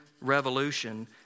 revolution